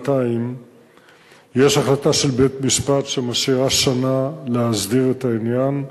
8200. יש החלטה של בית-משפט שמשאירה שנה להסדיר את העניין.